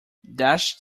dashed